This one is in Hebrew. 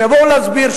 שיבואו להסביר,